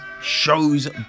Shows